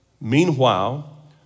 Meanwhile